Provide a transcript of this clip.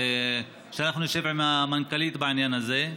שאנחנו נשב עם המנכ"לית בעניין הזה.